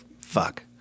fuck